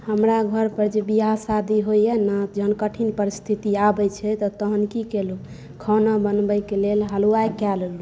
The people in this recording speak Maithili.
हमरा घरपर जे बियाह शादी होइया ने जहाँ कठिन परिस्थिति आबैया छै तहँ की कएलहुॅं खाना बनबैयकेँ लेल हलुआइ कए लेलहुॅं